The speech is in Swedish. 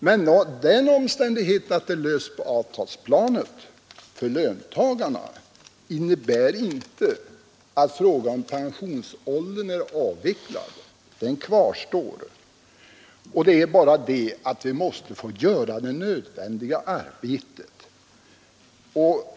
Men den omständigheten att problemet för löntagarna nu är löst på visst sätt på avtalsplanet innebär inte att frågan om pensionsåldern i lagstiftningen är avvecklad. Den kvarstår. Det är bara det att vi måste få göra det nödvändiga utredningsarbetet.